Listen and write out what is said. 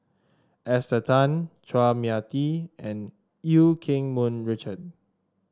Esther Tan Chua Mia Tee and Eu Keng Mun Richard